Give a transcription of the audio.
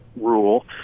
rule